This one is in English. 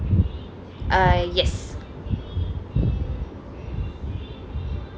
uh yes